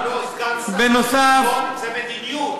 לא, סגן שר הביטחון, זה מדיניות.